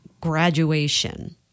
graduation